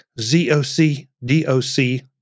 Z-O-C-D-O-C